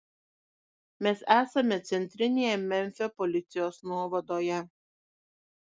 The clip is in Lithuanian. mes esame centrinėje memfio policijos nuovadoje